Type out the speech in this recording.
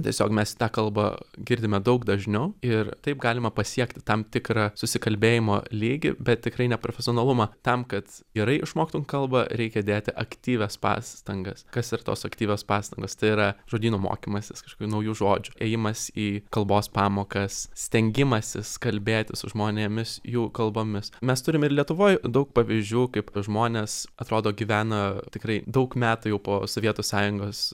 tiesiog mes tą kalbą girdime daug dažniau ir taip galima pasiekti tam tikrą susikalbėjimo lygį bet tikrai ne profesionalumą tam kad gerai išmoktum kalbą reikia dėti aktyvias pastangas kas yra tos aktyvios pastangos tai yra žodyno mokymasis kažkokių naujų žodžių ėjimas į kalbos pamokas stengimasis kalbėtis su žmonėmis jų kalbomis mes turime ir lietuvoj daug pavyzdžių kaip žmonės atrodo gyvena tikrai daug metų jau po sovietų sąjungos